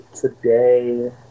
today